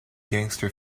gangster